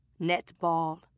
netball